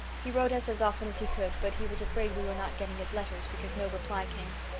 he wrote us as often as he could but he was afraid we were not getting his letters because no reply came.